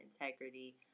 integrity